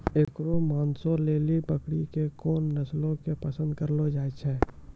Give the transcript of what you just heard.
एकरो मांसो लेली बकरी के कोन नस्लो के पसंद करलो जाय छै?